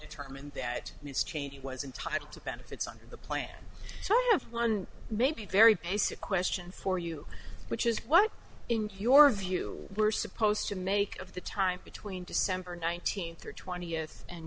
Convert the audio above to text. determined that ms cheney was entitled to benefits under the plan so i have one maybe very basic question for you which is what in your view we're supposed to make of the time between december nineteenth or twentieth and